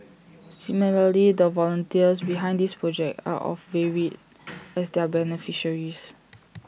similarly the volunteers behind this project are as varied as their beneficiaries